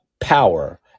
power